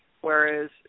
whereas